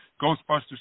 Ghostbusters